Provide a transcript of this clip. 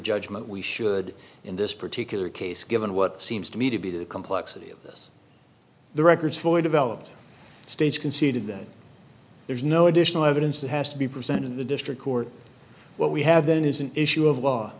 judgment we should in this particular case given what seems to me to be the complexity of this the records for developed states conceded that there is no additional evidence that has to be present in the district court what we have then is an issue of law